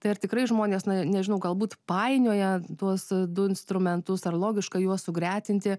tai ar tikrai žmonės na nežinau galbūt painioja tuos du instrumentus ar logiška juos sugretinti